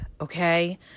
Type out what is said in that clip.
okay